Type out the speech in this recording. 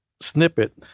snippet